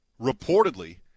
reportedly